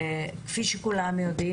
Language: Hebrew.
כידוע לכולם,